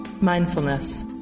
mindfulness